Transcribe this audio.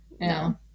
no